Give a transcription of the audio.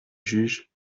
juge